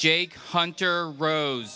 jake hunter rose